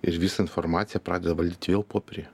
ir visą informaciją pradeda valdyt vėl popieriuje